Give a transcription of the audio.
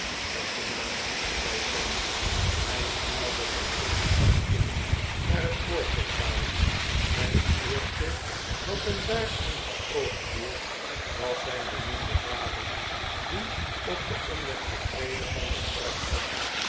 beste maat zei sam hij snelde terstond de gang in naar het voorportaal en het eerste wat hem daar in het oog viel was zijn beminde vader die op de onderste trede van de trap zat